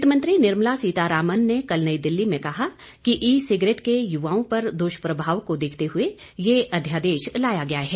वित्त मंत्री निर्मला सीतारामन ने कल नई दिल्ली मेंकहा कि ई सिगरेट के युवाओं पर दुष्प्रभाव कोदेखते हुए यह अध्यादेश लाया गया है